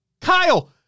Kyle